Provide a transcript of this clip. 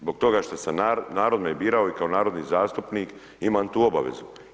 Zbog toga što sam, narod me birao i kao narodni zastupnik imam tu obavezu.